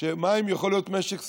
שמים יכולים להיות משק סגור.